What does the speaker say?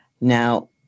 Now